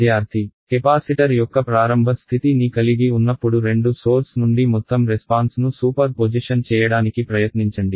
విద్యార్థి కెపాసిటర్ యొక్క ప్రారంభ స్థితి ని కలిగి ఉన్నప్పుడు రెండు సోర్స్ నుండి మొత్తం రెస్పాన్స్ ను సూపర్ పొజిషన్ చేయడానికి ప్రయత్నించండి